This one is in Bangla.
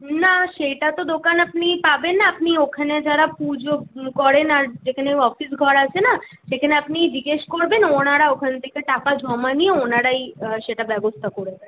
না সেইটা তো দোকান আপনি পাবেন না আপনি ওখানে যারা পুজো করেন আর যেখানে অফিস ঘর আছে না সেখানে আপনি জিজ্ঞেস করবেন ওনারা ওখান থেকে টাকা জমা নিয়ে ওনারাই সেটা ব্যবস্থা করে দেয়